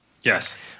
Yes